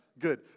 Good